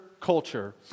Culture